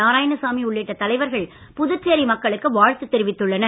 நாராயணசாமி உள்ளிட்ட தலைவர்கள் புதுச்சேரி மக்களுக்கு வாழ்த்து தெரிவித்துள்ளனர்